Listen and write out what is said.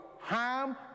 harm